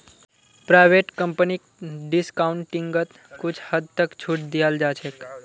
private कम्पनीक डिस्काउंटिंगत कुछ हद तक छूट दीयाल जा छेक